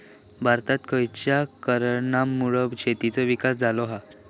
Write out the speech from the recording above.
भारतात खयच्या कारणांमुळे शेतीचो विकास झालो हा?